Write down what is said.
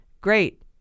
great